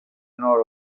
nord